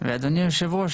ואדוני היושב-ראש,